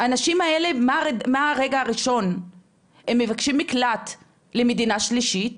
האנשים האלה מהרגע הראשון מבקשים מקלט למדינה שלישית